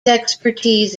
expertise